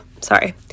sorry